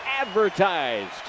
advertised